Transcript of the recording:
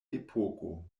epoko